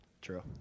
True